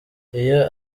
iyo